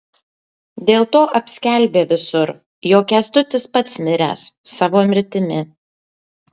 dėlto apskelbė visur jog kęstutis pats miręs savo mirtimi